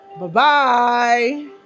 Bye-bye